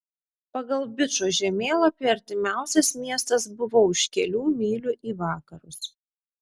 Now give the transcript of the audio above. pagal bičo žemėlapį artimiausias miestas buvo už kelių mylių į vakarus